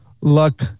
luck